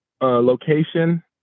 location